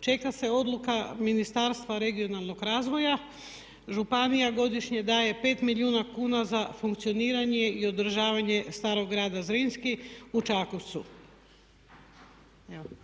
Čeka se odluka Ministarstva regionalnog razvoja. Županija godišnje daje 5 milijuna kuna za funkcioniranje i održavanje Starog grada Zrinski u Čakovcu.